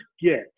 get